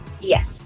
Yes